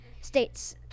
states